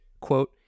Quote